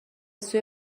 سوی